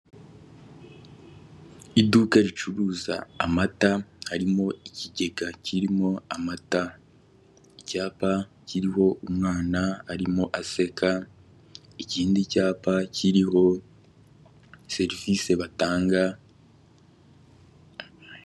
Iduka ricuruza amata harimo ikigega kirimo amata icyapa kiriho umwana arimo aseka ikindi cyapa kiriho serivisi batanga.